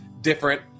different